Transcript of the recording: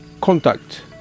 contact